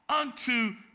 unto